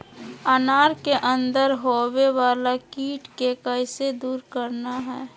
अनार के अंदर होवे वाला कीट के कैसे दूर करना है?